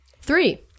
three